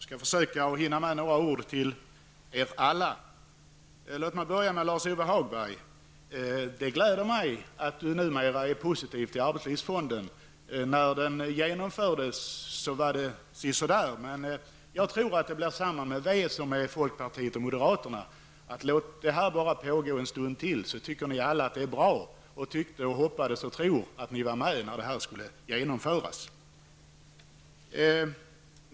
Herr talman! Jag skall försöka att hinna med att säga några ord till er alla. Låt mig börja med Lars Det gläder mig att Lars-Ove Hagberg numera är positiv till arbetslivsfonden. När den genomfördes var det si så där. Jag tror att det blir likadant med vänsterpartiet som med folkpartiet och moderaterna, att bara man låter den verka en tid till så tycker ni alla att den är bra och önskade att ni hade varit för den när den genomfördes.